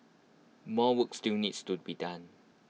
more work still needs to be done